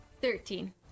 Thirteen